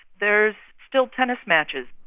there's still tennis matches.